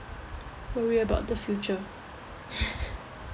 worry about the future